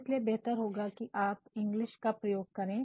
इसलिए बेहतर होगा कि आप इंग्लिश का प्रयोग करें